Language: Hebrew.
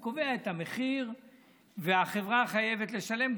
הוא קובע את המחיר והחברה חייבת לשלם,